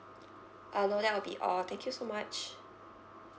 uh no that will be all thank you so much